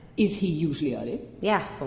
is he usually early? yeah,